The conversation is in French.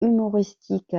humoristique